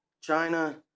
China